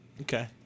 Okay